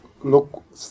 look